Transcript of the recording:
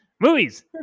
movies